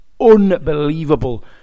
Unbelievable